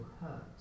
hurt